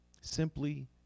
Simply